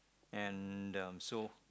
and um so